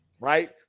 Right